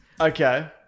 Okay